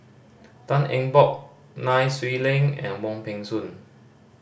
Tan Eng Bock Nai Swee Leng and Wong Peng Soon